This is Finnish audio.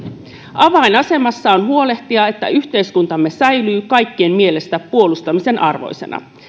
avainasemassa on huolehtia että yhteiskuntamme säilyy kaikkien mielestä puolustamisen arvoisena